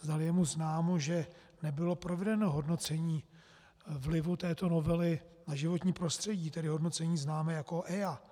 Zdali mu je známo, že nebylo provedeno hodnocení vlivu této novely na životní prostředí, tedy hodnocení známé jako EIA.